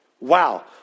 Wow